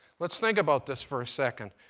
let's think about this for a second.